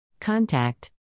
Contact